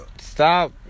Stop